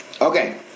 Okay